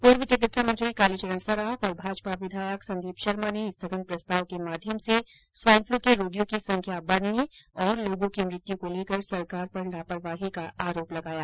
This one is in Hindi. पूर्व चिकित्सा मंत्री कालीचरण सराफ और भाजपा विधायक संदीप शर्मा ने स्थगन प्रस्ताव के माध्यम से स्वाइनफलू के रोगियों की संख्या बढ़ने और लोगों की मृत्यू को लेकर सरकार पर लापरवाही का आरोप लगाया